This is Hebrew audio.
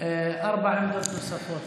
ארבע עמדות נוספות.